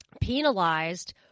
penalized